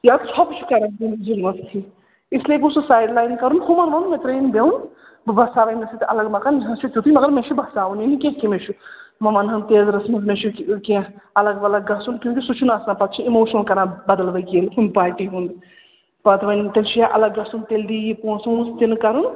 یا ژھۄپہٕ چھِ کَرٕنۍ ظُلمَس تھی اِسلیے گوٚو سُہ سایڈ لاین کَرُن ہُمَن ووٚن ترٛٲوِنۍ بیوٚن بہٕ بَساو أمِس سۭتۍ الگ مَکان مےٚ حظ چھِ تیُتُے مگر مےٚ چھِ بَساوُن یِنہٕ کینٛہہ کہِ مےٚ چھِ وۄنۍ وَنہٕ ہٲم تیزرَس منٛز مےٚ چھُ کینٛہہ الگ الگ گژھُن کیونٛکہِ سُہ چھُنہٕ آسان پَتہٕ اِموشنل کَران بدل ؤکیٖل ہُمہِ پاٹی ہُنٛد پَتہٕ وَنہِ مےٚ تیٚلہِ چھِ یا الگ گژھُن تیٚلہِ دی یہِ پونٛسہٕ وونٛسہٕ تیٚلہِ کَرو